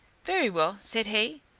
very well, said he,